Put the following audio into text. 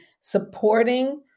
supporting